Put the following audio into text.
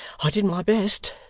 i did my best,